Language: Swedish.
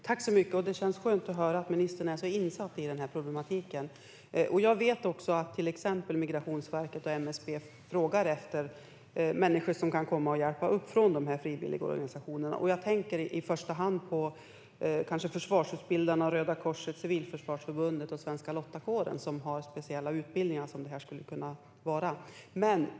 Herr talman! Det känns skönt att höra att ministern är så insatt i problematiken. Jag vet att till exempel Migrationsverket och MSB frågar efter människor från frivilligorganisationerna som kan komma och hjälpa till. Jag tänker kanske i första hand på Försvarsutbildarna, Röda Korset, Civilförsvarsförbundet och Svenska Lottakåren. De har speciella utbildningar som skulle kunna behövas.